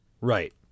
right